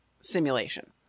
simulation